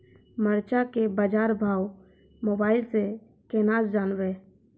मरचा के बाजार भाव मोबाइल से कैनाज जान ब?